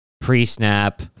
pre-snap